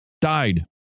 died